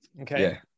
Okay